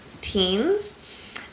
teens